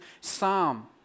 Psalm